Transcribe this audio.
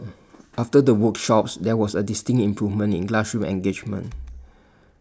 after the workshops there was A distinct improvement in classroom engagement